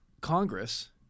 congress